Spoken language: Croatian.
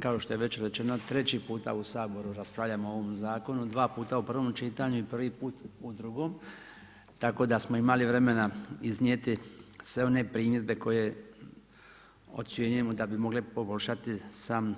Kao što je već rečeno treći puta u Saboru raspravljamo o ovom zakonu, dva puta u prvom čitanju i prvi put u drugom, tako da smo imali vremena iznijeti sve one primjedbe koje ocjenjujemo da bi mogle poboljšati sam